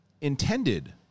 intended